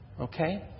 Okay